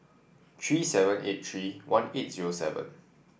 three seven eight three one eight zero seven